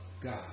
God